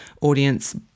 audience